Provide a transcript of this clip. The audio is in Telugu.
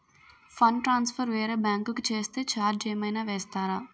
ఫండ్ ట్రాన్సఫర్ వేరే బ్యాంకు కి చేస్తే ఛార్జ్ ఏమైనా వేస్తారా?